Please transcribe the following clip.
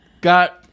got